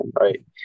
right